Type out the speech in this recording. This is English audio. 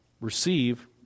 receive